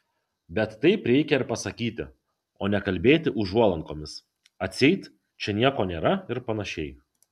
bet taip reikia ir pasakyti o ne kalbėti užuolankomis atseit čia nieko nėra ir panašiai